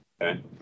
Okay